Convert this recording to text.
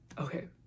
Okay